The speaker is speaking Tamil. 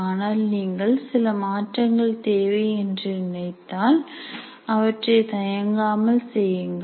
ஆனால் நீங்கள் சில மாற்றங்கள் தேவை என்று நினைத்தால் அவற்றை தயங்காமல் செய்யுங்கள்